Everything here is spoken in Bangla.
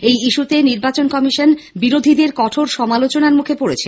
এই ইস্যতে নির্বাচন কমিশন বিরোধীদের কঠোর সমালোচনার মুখে পড়েছে